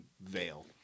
veil